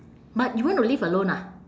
but you want to live alone ah